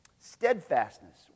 Steadfastness